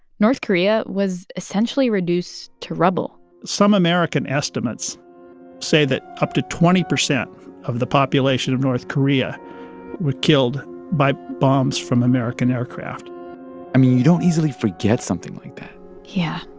north korea was essentially reduced to rubble some american estimates say that up to twenty percent of the population of north korea were killed by bombs from american aircraft i mean, you don't easily forget something like that yeah.